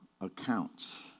accounts